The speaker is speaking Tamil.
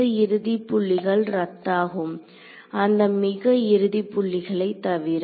இந்த இறுதி புள்ளிகள் ரத்தாகும் அந்த மிக இறுதி புள்ளிகளைத் தவிர